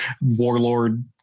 warlord